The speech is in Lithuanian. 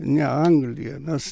ne anglija mes